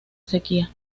sequía